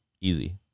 Easy